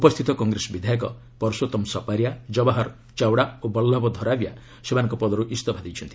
ଉପସ୍ଥିତ କଂଗ୍ରେସ ବିଧାୟକ ପରଶୋତ୍ତମ ସପାରିଆ ଜବାହର ଚାଓ୍ୱଡା ଓ ବଲ୍ଲଭ ଧରାବିୟା ସେମାନଙ୍କ ପଦର୍ ଇସ୍ତଫା ଦେଇଛନ୍ତି